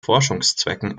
forschungszwecken